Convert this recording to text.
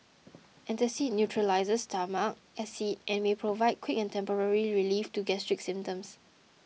antacid neutralises stomach acid and may provide quick and temporary relief to gastric symptoms